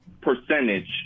percentage